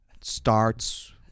starts